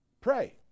pray